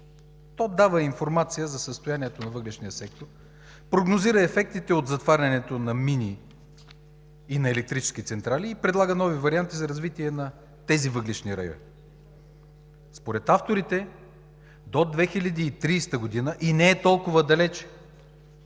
То дава информация за състоянието на въглищния сектор, прогнозира ефектите от затварянето на мини и на електрически централи и предлага нови варианти за развитие на тези въглищни райони. Според авторите до 2030 г., и не е толкова далеч,